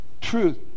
truth